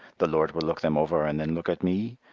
the lord will look them over and then look at me,